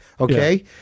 Okay